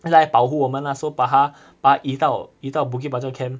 他来保护我们 lah so 把他把他移到移到 bukit panjang camp